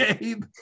Gabe